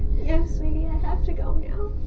yes, sweetie, i have to go now.